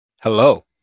hello